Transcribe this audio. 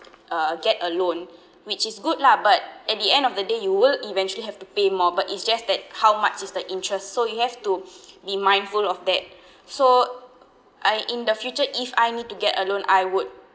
uh get a loan which is good lah but at the end of the day you will eventually have to pay more but is just that how much is the interest so you have to be mindful of that so I in the future if I need to get a loan I would